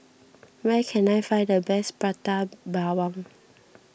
where can I find the best Prata Bawang